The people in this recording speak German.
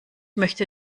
möchte